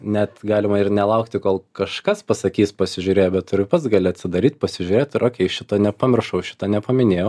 net galima ir nelaukti kol kažkas pasakys pasižiūrėjo bet tu ir pats gali atsidaryt pasižiūrėt ir okei šito nepamiršau šito nepaminėjau